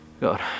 God